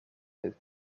had